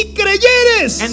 creyeres